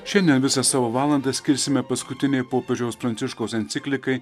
šiandien visą savo valandą skirsime paskutinei popiežiaus pranciškaus enciklikai